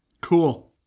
Cool